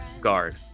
guard